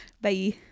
Bye